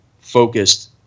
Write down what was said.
focused